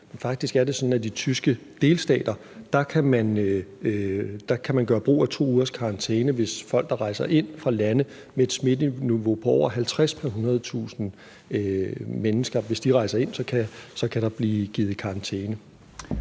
faktisk er det sådan, at de tyske delstater kan gøre brug af 2 ugers karantæne i forhold til folk, der rejser ind fra lande med et smitteniveau på over 50 pr. 100.000 mennesker. Hvis de rejser ind, kan der blive givet karantæne.